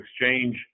exchange